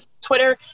Twitter